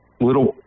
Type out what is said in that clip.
little